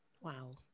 Wow